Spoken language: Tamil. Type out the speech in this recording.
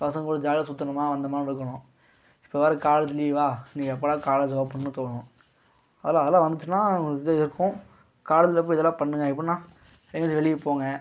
பசங்க கூட ஜாலியாக சுற்றுனோமா வந்தமான்னு இருக்கணும் இந்த வாரம் காலேஜ் லீவா இனி எப்போடா காலேஜ் ஓப்பன்னு தோணும் அதெல்லாம் அதெல்லாம் நெனச்சனா இருக்கும் காலேஜில் போய் இதெல்லாம் பண்ணுங்க எப்புடின்னா எங்கேயாச்சும் வெளிய போங்க